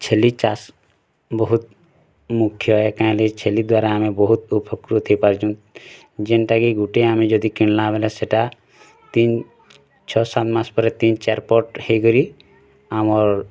ଛେଲି ଚାଷ୍ ବହୁତ୍ ମୁଖ୍ୟ ଏଇନାକେ ଛେ୍ଲି ଦ୍ଵାରା ଆମେ ବହୁତ ଉପକୃତ୍ ହେଇ ପାର୍ଛୁଁ ଯେନ୍ଟାକି ଗୁଟେ୍ ଆମେ ଯଦି କିଣିଲା ବେଳେ ସେଇଟା ତିନ୍ ଛ ସାତ୍ ମାସ୍ ପରେ ତିନ୍ ଚାରି ପଟ ହେଇକରି ଆମର୍